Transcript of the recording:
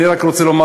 אני רק רוצה לומר